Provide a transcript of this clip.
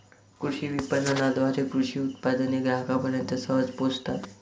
कृषी विपणनाद्वारे कृषी उत्पादने ग्राहकांपर्यंत सहज पोहोचतात